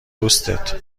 دوستت